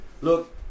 look